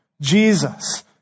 Jesus